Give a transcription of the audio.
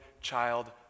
child